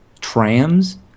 trams